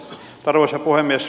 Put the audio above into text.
arvoisa puhemies